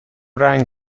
رنگ